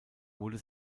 wurde